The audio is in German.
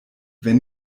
wenn